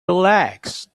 relax